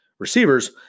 Receivers